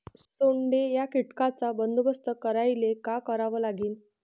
सोंडे या कीटकांचा बंदोबस्त करायले का करावं लागीन?